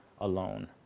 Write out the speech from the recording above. alone